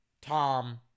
Tom